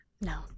No